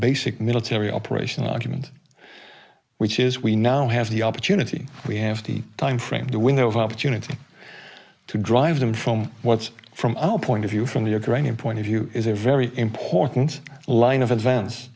basic military operational argument which is we now have the opportunity we have the time frame the window of opportunity to drive them from what from our point of view from the ukrainian point of view is a very important line of events